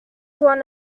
won